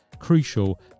Crucial